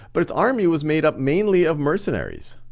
but it's army was made up mainly of mercenaries.